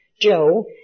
Joe